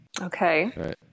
Okay